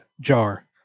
jar